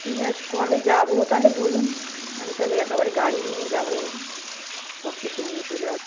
ঠিক আছে কবে যাব তাহলে বলুন আমি তাহলে একবারে গাড়ি নিয়ে যাব সব কিছু নিয়ে চলে আসব